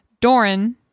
Doran